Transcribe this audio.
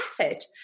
asset